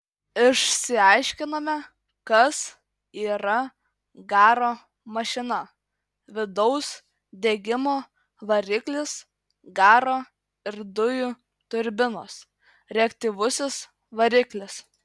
išsiaiškinome kas yra garo mašina vidaus degimo variklis garo ir dujų turbinos reaktyvusis variklis